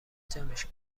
جمعش